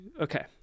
okay